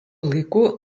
laikų